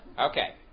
Okay